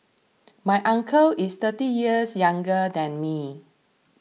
my uncle is thirty years younger than me